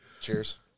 Cheers